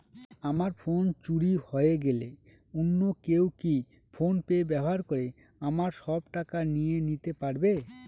আমার ফোন চুরি হয়ে গেলে অন্য কেউ কি ফোন পে ব্যবহার করে আমার সব টাকা নিয়ে নিতে পারবে?